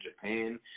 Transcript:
Japan